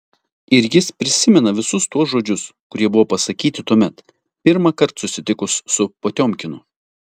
ir jis prisimena visus tuos žodžius kurie buvo pasakyti tuomet pirmąkart susitikus su potiomkinu